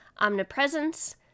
Omnipresence